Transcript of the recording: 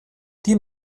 die